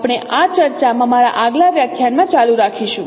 આપણે આ ચર્ચા મારા આગલા વ્યાખ્યાન માં ચાલુ રાખીશું